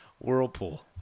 whirlpool